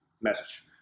message